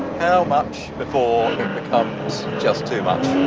how much before it becomes just too much?